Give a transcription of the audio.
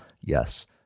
Yes